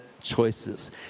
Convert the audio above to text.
choices